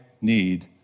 need